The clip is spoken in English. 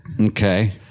Okay